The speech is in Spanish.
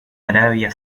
arabia